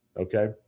Okay